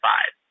Five